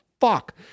fuck